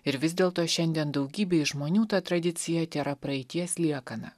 ir vis dėl to šiandien daugybei žmonių ta tradicija tėra praeities liekana